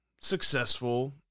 successful